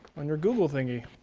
on your google thingy.